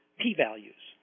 p-values